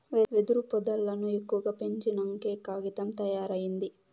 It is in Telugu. వెదురు పొదల్లను ఎక్కువగా పెంచినంకే కాగితం తయారైంది